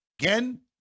Again